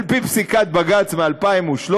על פי פסיקת בג"ץ מ-2013,